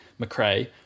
McRae